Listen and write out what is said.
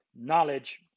knowledge